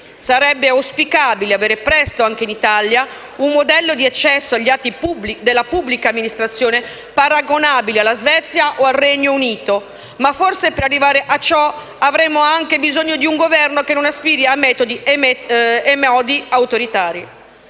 Sarebbe auspicabile avere presto anche in Italia un modello di accesso agli atti della pubblica amministrazione paragonabile alla Svezia o al Regno Unito. Ma forse, per arrivare a ciò, avremmo anche bisogno di un Governo che non aspiri a metodi e modelli autoritari.